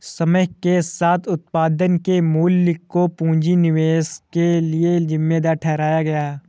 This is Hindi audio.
समय के साथ उत्पादन के मूल्य को पूंजी निवेश के लिए जिम्मेदार ठहराया गया